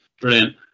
Brilliant